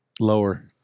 Lower